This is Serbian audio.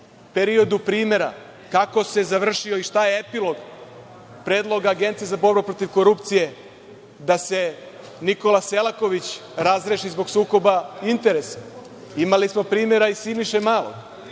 periodu primere kako se završio i šta je epilog predloga Agencije za borbu protiv korupcije da se Nikola Selaković razreši zbog sukoba interesa. Imali smo primer i Siniše Malog